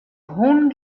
hûn